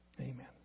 amen